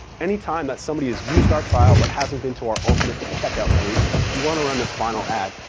anytime that somebody has used our trial but hasn't been to our ultimate checkout page, we want to run this final ad.